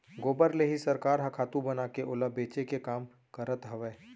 गोबर ले ही सरकार ह खातू बनाके ओला बेचे के काम करत हवय